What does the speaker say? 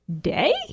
day